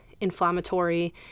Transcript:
inflammatory